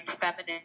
feminine